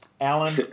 Alan